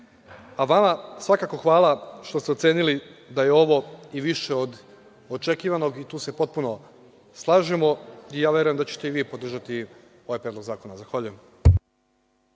A vama svakako hvala što ste ocenili da je ovo i više od očekivanog, i tu se potpuno slažemo. Ja verujem da ćete i vi podržati ovaj Predlog zakona. Zahvaljujem.